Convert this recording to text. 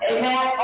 Amen